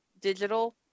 digital